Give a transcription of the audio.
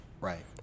Right